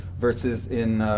versus in